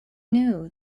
knew